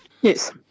Yes